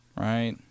right